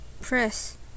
Press